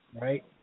right